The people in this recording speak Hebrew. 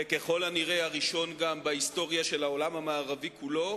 וככל הנראה הראשון גם בהיסטוריה של העולם המערבי כולו,